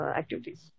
activities